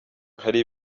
hari